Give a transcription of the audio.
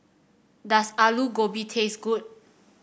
does Aloo Gobi taste good